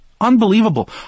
unbelievable